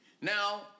Now